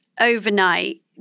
overnight